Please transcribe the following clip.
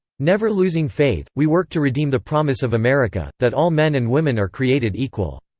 never losing faith, we worked to redeem the promise of america, that all men and women are created equal.